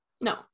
No